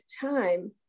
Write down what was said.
time